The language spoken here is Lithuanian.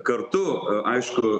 kartu aišku